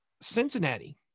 Cincinnati